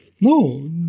no